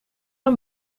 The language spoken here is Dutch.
een